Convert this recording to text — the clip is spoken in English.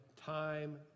time